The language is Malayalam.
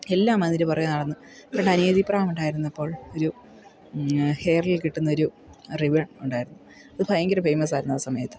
എല്ലാമതിൻ്റെ പുറകെ നടന്നു പണ്ട് അനിയത്തിപ്രാവ് ഉണ്ടായിരുന്നപ്പോൾ ഒരു ഹെയറിൽ കെട്ടുന്നൊരു റിബൺ ഉണ്ടായിരുന്നു അത് ഭയങ്കര ഫേമസായിരുന്നു ആ സമയത്ത്